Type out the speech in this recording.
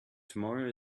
tomorrow